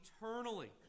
eternally